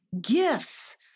gifts